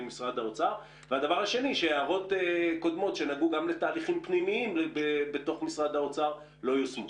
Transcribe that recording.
הדבר השני הוא שהערות קודמות לגבי הליכים פנימיים במשרד לא יושמו.